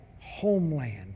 homeland